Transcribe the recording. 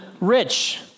rich